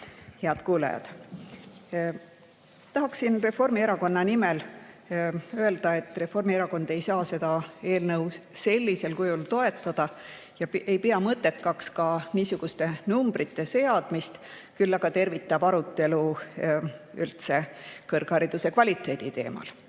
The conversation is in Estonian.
Head kuulajad! Tahan Reformierakonna nimel öelda, et Reformierakond ei saa seda eelnõu sellisel kujul toetada ja ei pea mõttekaks ka niisuguste numbrite seadmist, küll aga tervitab arutelu üldse kõrghariduse kvaliteedi teemal. Nüüd,